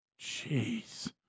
Jeez